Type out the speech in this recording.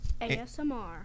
ASMR